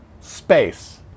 space